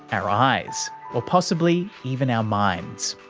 our eyes, or possibly even our minds.